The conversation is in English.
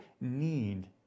need